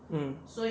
mm